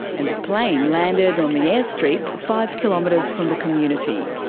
and the plane landed on the airstrip five kilometres from the community.